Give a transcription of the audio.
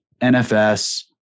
NFS